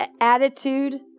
attitude